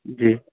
जी